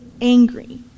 angry